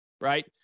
right